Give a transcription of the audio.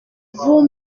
vous